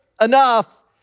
enough